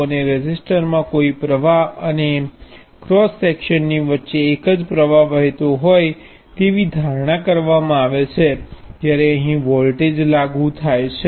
અને રેઝિસ્ટરમાં કોઈ પ્ર્વાહ અને ક્રોસ સેક્શનની વચ્ચે એક જ પ્રવાહ વહેતો હોય તેવી ધારણા કરવામાં આવે છે જ્યારે અહીં વોલ્ટેજ લાગુ થાય છે